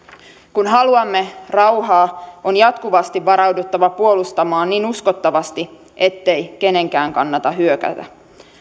kun haluamme rauhaa on jatkuvasti varauduttava puolustamaan niin uskottavasti ettei kenenkään kannata hyökätä